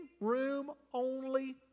room-only